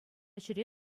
ҫӗре